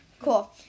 Cool